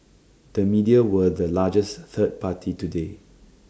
the media were the largest third party today